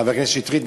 חבר הכנסת שטרית,